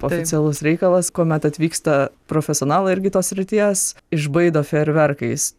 oficialus reikalas kuomet atvyksta profesionalai irgi tos srities išbaido fejerverkais